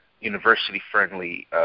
university-friendly